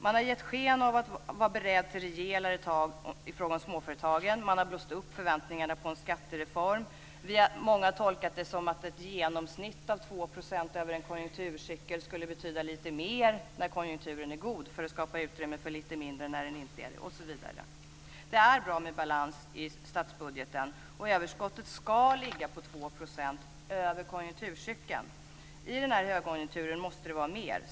Man har gett sken av att vara beredd till rejälare tag från småföretagen, man har blåst upp förväntningarna på en skattereform, många har tolkat det som att ett genomsnitt av 2 % över en konjunkturcykel skulle betyda lite mer när konjunkturen är god för att skapa utrymme för lite mindre när den inte är det osv. Det är bra med balans i statsbudgeten. Överskottet ska ligga på 2 % över konjunkturcykeln. I den här högkonjunkturen måste det vara mer.